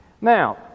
Now